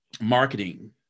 marketing